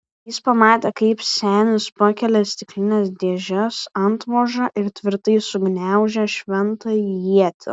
jis pamatė kaip senis pakelia stiklinės dėžės antvožą ir tvirtai sugniaužia šventąją ietį